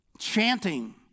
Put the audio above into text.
chanting